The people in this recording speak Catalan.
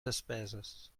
despeses